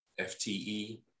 FTE